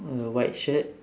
uh white shirt